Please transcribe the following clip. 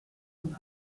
von